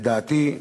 לדעתי,